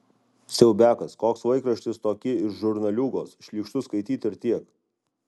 siaubiakas koks laikraštis tokie ir žurnaliūgos šlykštu skaityt ir tiek